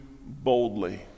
boldly